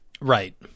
Right